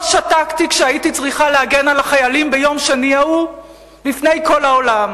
לא שתקתי כשהייתי צריכה להגן על החיילים ביום שני ההוא לפני כל העולם